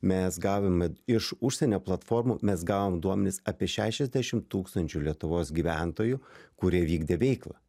mes gavome iš užsienio platformų mes gavom duomenis apie šešiasdešimt tūkstančių lietuvos gyventojų kurie vykdė veiklą